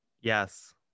Yes